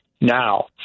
now